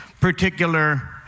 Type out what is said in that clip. particular